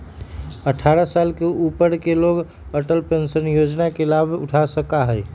अट्ठारह साल से ऊपर के लोग अटल पेंशन योजना के लाभ उठा सका हई